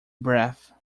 breath